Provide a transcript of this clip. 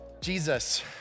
Jesus